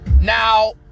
Now